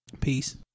Peace